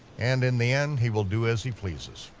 and in the end, he will do as he pleases.